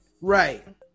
Right